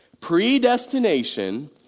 predestination